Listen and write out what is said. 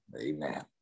Amen